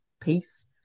piece